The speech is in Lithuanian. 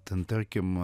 ten tarkim